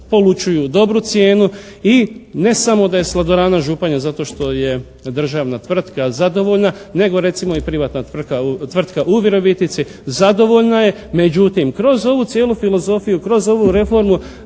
polučuju dobru cijenu i ne samo da je "Sladorana" Županja zato što je državna tvrtka zadovoljna, nego recimo i privatna tvrtka u Virovitici zadovoljna je, međutim kroz ovu cijelu filozofiju, kroz ovu reformu